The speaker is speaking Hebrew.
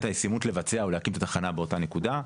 הישימות לבצע ולהקים את התחנה באותה נקודה,